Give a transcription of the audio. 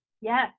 Yes